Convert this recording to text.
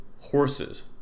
horses